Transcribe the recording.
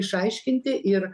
išaiškinti ir